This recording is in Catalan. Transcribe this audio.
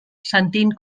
sentint